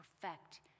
perfect